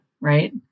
right